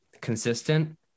consistent